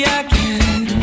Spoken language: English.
again